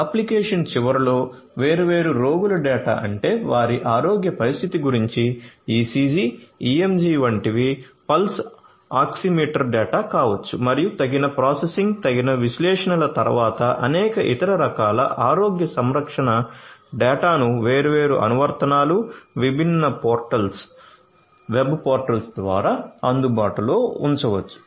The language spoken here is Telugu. అప్లికేషన్ చివరలో వేర్వేరు రోగులు డేటా అంటే వారి ఆరోగ్య పరిస్థితి గురించి ECG EMG వంటి వి పల్స్ ఆక్సిమీటర్ డేటా కావచ్చు మరియు తగిన ప్రాసెసింగ్ తగిన విశ్లేషణల తర్వాత అనేక ఇతర రకాల ఆరోగ్య సంరక్షణ డేటాను వేర్వేరు అనువర్తనాలు విభిన్న పోర్టల్స్ వెబ్ పోర్టల్స్ ద్వారా అందుబాటులో ఉంచవచ్చు